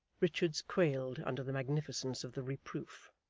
richards quailed under the magnificence of the reproof.